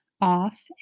off